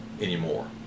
anymore